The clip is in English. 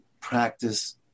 practice